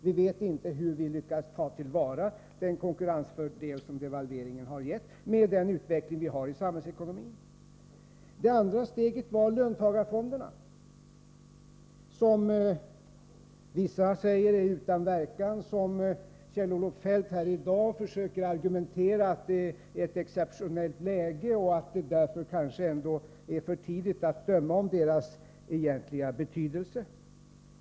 Vi vet inte hur vi lyckas ta till vara den konkurrensfördel som devalveringen har gett — med den utveckling vi har i samhällsekonomin. Det andra steget var löntagarfonderna. Vissa säger att de är utan verkan. Kjell-Olof Feldt försöker i dag använda argumentet att det är ett exceptionellt läge och att det därför är för tidigt att döma om fondernas egentliga betydelse.